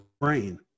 brain